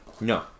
No